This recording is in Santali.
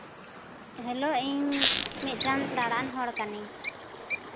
ᱦᱮᱞᱳ ᱤᱧ ᱢᱤᱫᱴᱟᱱ ᱫᱟᱬᱟᱱ ᱦᱚᱲ ᱠᱟᱱᱤᱧ